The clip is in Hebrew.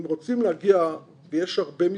אם רוצים להגיע ויש הרבה מסמכים,